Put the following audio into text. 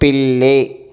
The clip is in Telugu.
పిల్లి